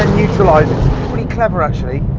and neutralize it. pretty clever, actually.